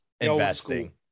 investing